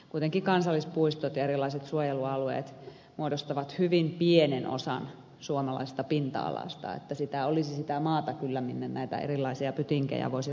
kuitenkin kansallispuistot ja erilaiset suojelualueet muodostavat hyvin pienen osan suomalaisesta pinta alasta niin että sitä maata olisi kyllä minne näitä erilaisia pytinkejä voisi rakentaa myös muualla